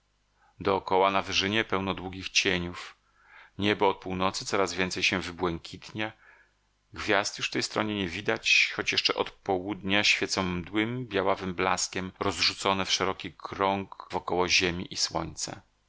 dookoła na wyżynie pełno długich cieniów niebo od północy coraz więcej się wybłękitnia gwiazd już w tej stronie nie widać choć jeszcze od południa świecą mdłym białawym blaskiem rozrzucone w szeroki krąg wokoło ziemi i słońca